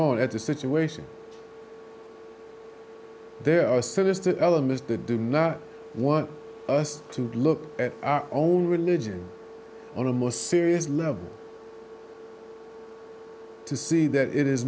on at the situation there are still elements that do not want us to look at our own religion on a more serious level to see that it is